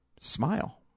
smile